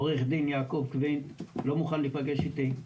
עו"ד יעקב קווינט לא מוכן להיפגש איתי.